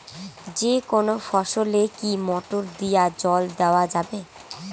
যেকোনো ফসলে কি মোটর দিয়া জল দেওয়া যাবে?